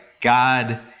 God